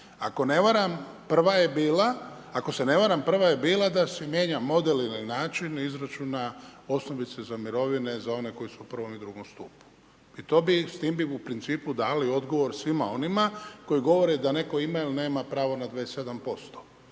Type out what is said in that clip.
dvije vrlo bitne stvari. Ako se ne varam, prva je bila da se mijenja model ili način izračuna osnovice da mirovine, za one koji su u I. i II. stupu i s tim bi u principu dali odgovor svima onima koji govore da ima ili nema pravo na 27%.